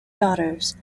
daughters